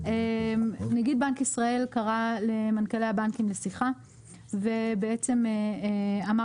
נגיד בנק ישראל קרא למנכ"לי הבנקים לשיחה ובעצם אמר